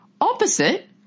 opposite